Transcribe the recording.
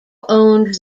owned